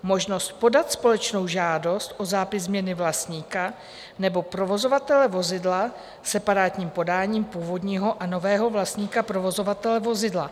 možnost podat společnou žádost o zápis změny vlastníka nebo provozovatele vozidla separátním podáním původního a nového vlastníka provozovatele vozidla.